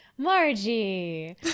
margie